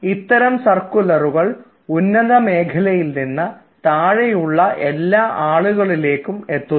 ഉത്തരം സർക്കുലറുകൾ ഉന്നത മേഖലകളിൽനിന്ന് താഴെയുള്ള എല്ലാ ആളുകളിലേക്ക് എത്തുന്നു